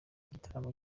igitaramo